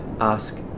ask